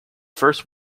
first